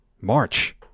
March